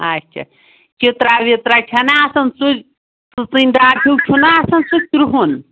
اچھا چِترا وِترا چھا نا آسان سُہ سٕژٕنۍ دار ہیوٗ چھُنا آسان سُہ کرٛہُن